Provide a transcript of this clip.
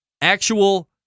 actual